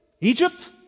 egypt